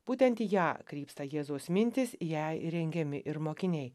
būtent į ją krypsta jėzaus mintys jai rengiami ir mokiniai